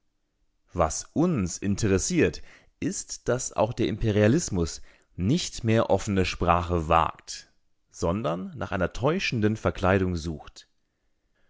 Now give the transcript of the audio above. was uns interessiert ist daß auch der imperialismus nicht mehr offene sprache wagt sondern nach einer täuschenden verkleidung sucht